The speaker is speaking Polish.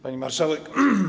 Pani Marszałek!